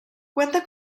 cuenta